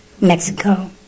Mexico